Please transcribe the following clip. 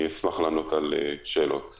אשמח לענות על שאלות.